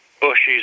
bushes